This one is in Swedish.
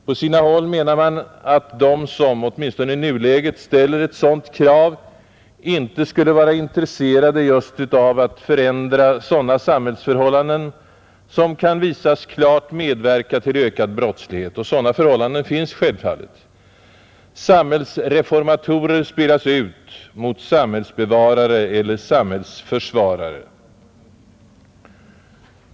På sina håll menar man att de som — åtminstone i nuläget — ställer ett sådant krav just inte alls skulle vara intresserade av att förändra sådana samhällsförhållanden som kan visas klart medverka till ökad brottslighet, och sådana förhållanden finns självfallet. Samhällsreformatorer spelas ut mot samhällsbevarare eller samhällsförsvarare.